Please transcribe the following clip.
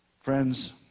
Friends